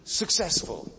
successful